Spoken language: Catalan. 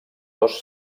dos